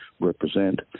represent